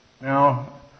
Now